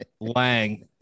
Lang